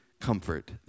comfort